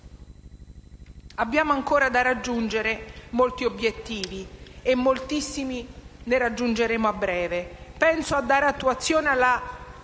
Abbiamo ancora da raggiungere molti obiettivi e moltissimi ne raggiungeremo a breve. Penso alla piena attuazione della